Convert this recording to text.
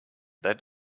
that